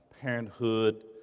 parenthood